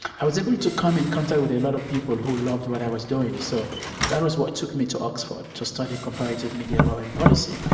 i was able to come in contact with a lot of people who loved what i was doing, so that was what took me to oxford to study comparative media law and policy,